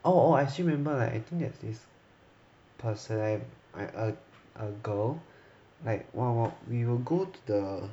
oh oh I still remember like I think there is this person eh a girl like !wah! !wah! we will go to the